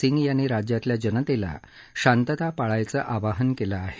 सिंग यांनी राज्यातल्या जनतेला शांतता पाळण्याचं आवाहन केलं आहे